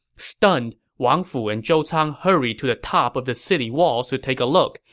stunned, wang fu and zhou cang hurried to the top of the city walls to take a look.